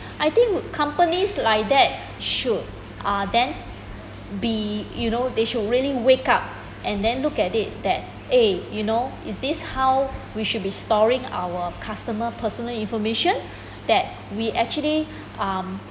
I think companies like that should uh then be you know they should really wake up and then look at it that eh you know is this how we should be storing our customer personal information that we actually um